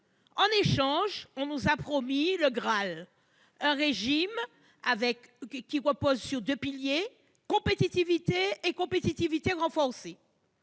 En échange, on nous a promis le Graal : un régime reposant sur deux piliers, la compétitivité et la compétitivité renforcée.